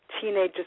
teenagers